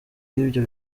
y’ibyo